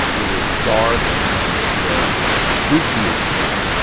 it was dark, and it was spooky in there.